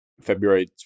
February